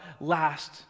last